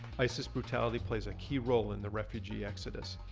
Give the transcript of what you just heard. isis brutality plays a key role in the refugee exodus.